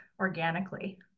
organically